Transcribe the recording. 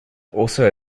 also